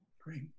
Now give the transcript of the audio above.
Great